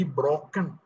broken